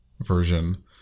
version